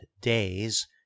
days